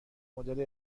مدل